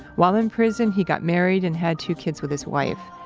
while in prison he got married and had two kids with his wife,